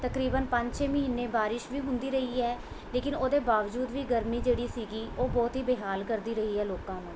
ਤਕਰੀਬਨ ਪੰਜ ਛੇ ਮਹੀਨੇ ਬਾਰਿਸ਼ ਵੀ ਹੁੰਦੀ ਰਹੀ ਹੈ ਲੇਕਿਨ ਉਹਦੇ ਬਾਵਜੂਦ ਵੀ ਗਰਮੀ ਜਿਹੜੀ ਸੀਗੀ ਉਹ ਬਹੁਤ ਹੀ ਬੇਹਾਲ ਕਰਦੀ ਰਹੀ ਹੈ ਲੋਕਾਂ ਨੂੰ